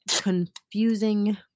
confusing